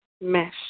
mesh